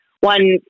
One